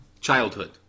Childhood